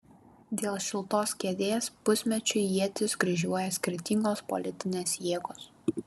dėl šiltos kėdės pusmečiui ietis kryžiuoja skirtingos politinės jėgos